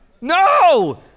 no